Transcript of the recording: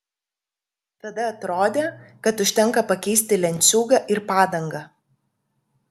tada atrodė kad užtenka pakeisti lenciūgą ir padangą